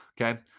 Okay